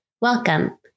welcome